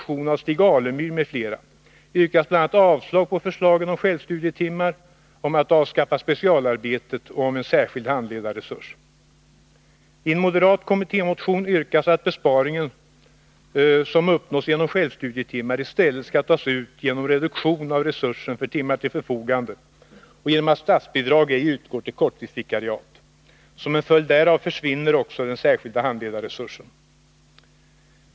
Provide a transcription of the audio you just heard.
I en moderat kommittémotion yrkas att den besparing som uppnås genom självstudietimmar i stället skall tas ut genom reduktion av resursen för timmar till förfogande och genom att statsbidrag ej utgår till korttidsvikariat. Som en följd därav försvinner också den särskilda handledarresursen.